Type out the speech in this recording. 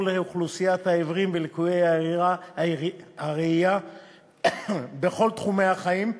לאוכלוסיית העיוורים ולקויי הראייה בכל תחומי החיים,